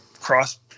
cross